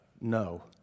No